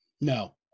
No